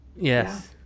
yes